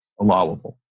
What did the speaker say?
allowable